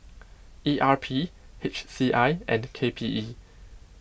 E R P H C I and K P E